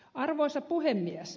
arvoisa puhemies